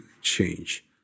change